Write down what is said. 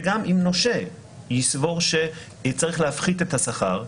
וגם אם נושה יסבור שצריך להפחית את השכר,